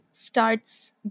starts